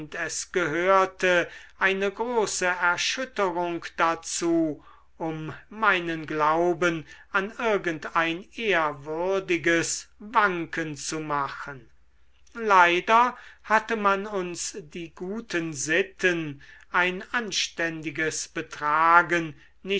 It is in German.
es gehörte eine große erschütterung dazu um meinen glauben an irgend ein ehrwürdiges wanken zu machen leider hatte man uns die guten sitten ein anständiges betragen